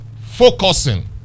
focusing